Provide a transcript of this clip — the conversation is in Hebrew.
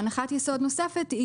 הנחת יסוד נוספת,